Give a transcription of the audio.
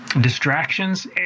distractions